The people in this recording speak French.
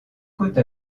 côte